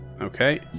Okay